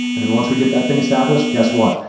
and and once we get that thing established, guess what?